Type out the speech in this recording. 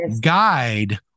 guide